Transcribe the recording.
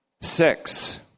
Six